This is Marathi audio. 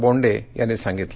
बोंडे यांनी सांगितलं